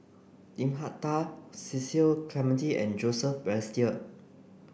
Lim Hak Tai Cecil Clementi and Joseph Balestier